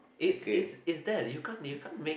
it's it's there you can't you can't make